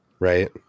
right